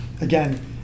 again